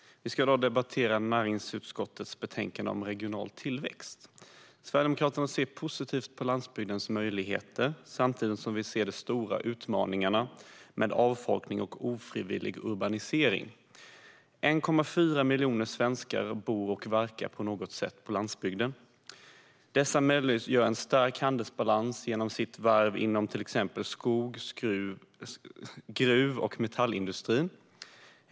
Herr talman! Vi debatterar näringsutskottets betänkande om regional tillväxt. Sverigedemokraterna ser positivt på landsbygdens möjligheter samtidigt som vi ser de stora utmaningarna med avfolkning och ofrivillig urbanisering. 1,4 miljoner svenskar bor och verkar på något sätt på landsbygden. De möjliggör en stark handelsbalans genom sitt värv inom till exempel skogs, gruv och metallindustrin.